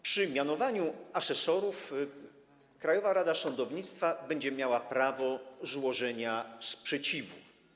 Przy mianowaniu asesorów Krajowa Rada Sądownictwa będzie miała prawo złożenia sprzeciwu.